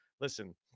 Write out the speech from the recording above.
Listen